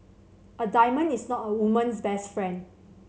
a diamond is not a woman's best friend